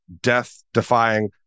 death-defying